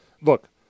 Look